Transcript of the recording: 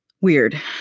weird